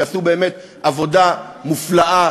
שעשו באמת עבודה מופלאה